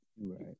right